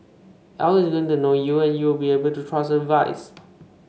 A I is going to know you and you will be able to trust the device